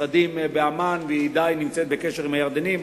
משרדים בעמאן, והיא די נמצאת בקשר עם הירדנים.